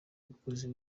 umukozi